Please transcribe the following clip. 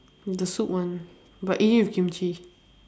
the soup one but eat it with kimchi